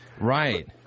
Right